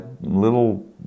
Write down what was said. little